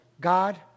God